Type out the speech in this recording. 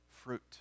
fruit